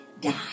Die